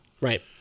Right